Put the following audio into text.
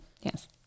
yes